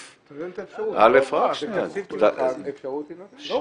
גם אם תעצרו --- האפשרות --- אני